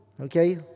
Okay